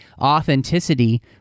authenticity